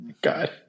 God